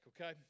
okay